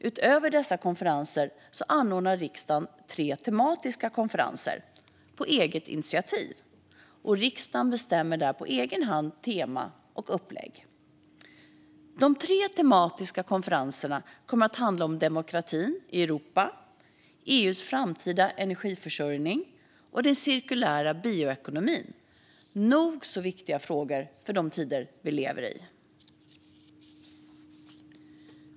Utöver dessa konferenser anordnar riksdagen tre tematiska konferenser på eget initiativ. Riksdagen bestämmer där på egen hand om tema och upplägg. De tre tematiska konferenserna kommer att handla om demokratin i Europa, EU:s framtida energiförsörjning och den cirkulära bioekonomin. Det är nog så viktiga frågor för de tider vi lever i.